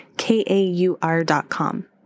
k-a-u-r.com